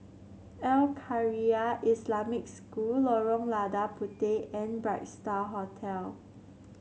Al Khairiah Islamic School Lorong Lada Puteh and Bright Star Hotel